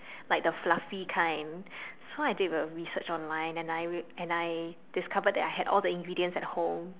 like the fluffy kind so I did a research online and I and I discovered that I had all the ingredients at home